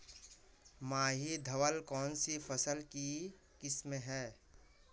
माही धवल कौनसी फसल की किस्म है?